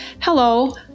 Hello